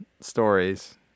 stories